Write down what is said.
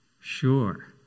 Sure